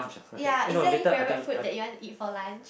ya is there any favorite food that you want to eat for lunch